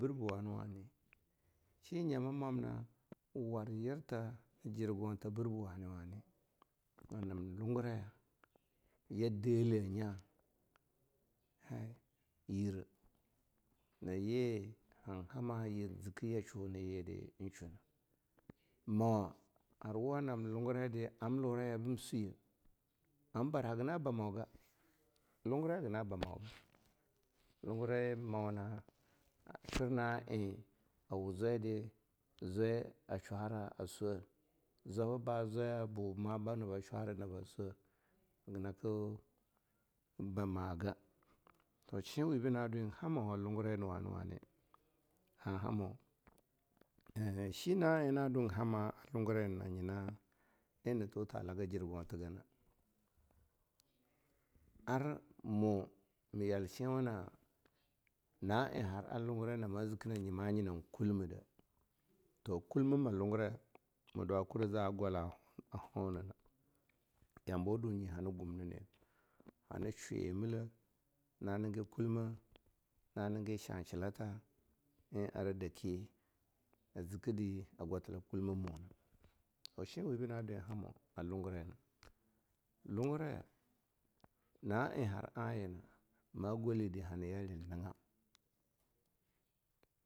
Birbeh wani-wani. snhi nyama mamna war yirta, jirgionta birbeh wani-wani, a nam lunguraya ya deleh nya ha yire, nayi han hama yire ziki yashwu na yidi in shuna. Mawah harwa nam lungurai di am luraya bim swiye am bara, haga na ba mau ga. lungurai haga na ba mauga, lungurai mau na shurna eh a wuh zwai di, zwai a shwara a sweh, zwaba-ba zwaya buma bana ba shwara na ba sweh, haga naka ba mau ga. Toh shinwibi na dwi hamawa lungurai na wani-wani han hamo. Eh shina eh na dwun hama a lungurai nina nyina eh natuta laga jirgontiga, ar mo yal shinjwa na na'eh hara lungurai hama ziki na nyima yi kulmeh de, to kulmameh lunguraya ma dwa kur za gwala a hoanan. Yamabawa dunyi hana gumnine, hana shwi yi millleh, na nigi kulmah, na nigi chachi lata eh ara daki a zikidi a gwatila kulma monah. Toh shionwibi na dwi hamo a lungurai na. Lunguraya na eh har ayina ma gwali di hana yal di nigam.